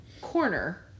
corner